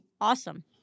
awesome